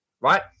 right